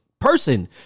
person